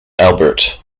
albert